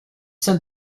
sent